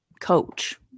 coach